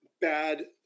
bad